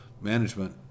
management